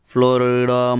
Florida